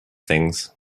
things